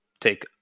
take